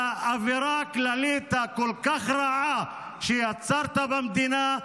לאווירה הכללית הכל-כך רעה שיצרת במדינה.